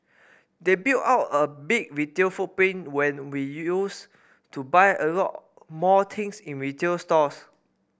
they built out a big retail footprint when we used to buy a lot more things in retail stores